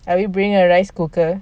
are we bringing a rice cooker